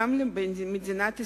גם במדינת ישראל,